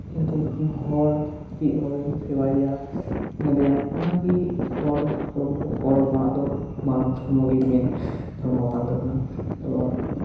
ᱠᱤᱱᱛᱩ ᱦᱚᱲ ᱢᱤᱫ ᱦᱚᱲᱮᱢ ᱦᱮᱣᱟᱭᱮᱭᱟ ᱧᱮᱞᱮᱭᱟᱢ ᱚᱱᱟᱜᱮ ᱦᱚᱲ ᱦᱚᱲ ᱦᱚᱯᱚᱱᱟᱜ ᱫᱚ ᱢᱟᱱᱚᱵ ᱫᱷᱚᱨᱢᱚᱜᱮ ᱢᱮᱱ ᱫᱷᱚᱨᱢᱚ ᱠᱟᱱ ᱛᱟᱵᱚᱱᱟ ᱮᱵᱚᱝ